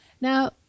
Now